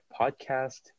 podcast